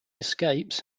escapes